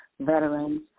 veterans